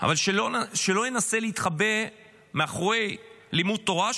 אבל שלא ינסה להתחבא מאחורי לימוד תורה,